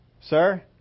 sir